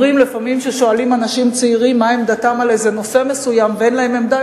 לפעמים כששואלים אנשים צעירים מה עמדתם על נושא מסוים ואין להם עמדה,